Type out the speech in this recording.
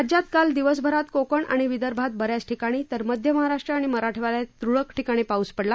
राज्यात काल दिवसभरात कोकण आणि विदर्भात ब याच ठिकाणी तर मध्य महाराष्ट्र आणि मराठवाङ्यात तुरळक ठिकाणी पाऊस पडला